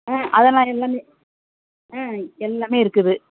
ஆ அதெலாம் எல்லாமே ஆ எல்லாமே இருக்குது